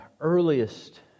earliest